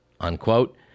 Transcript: unquote